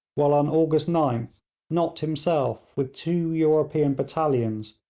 while on august ninth nott himself, with two european battalions,